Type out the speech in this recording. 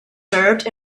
served